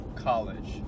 college